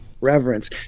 reverence